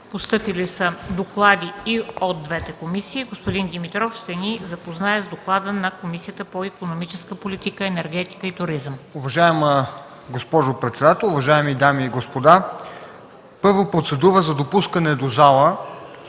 Постъпили са доклади и от двете комисии. Господин Димитров ще ни запознае с доклада на Комисията по икономическа политика, енергетика и туризъм.